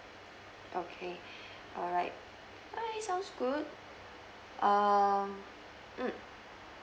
okay alright alright sounds good um mm